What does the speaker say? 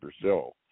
Brazil